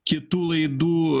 kitų laidų